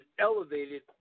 elevated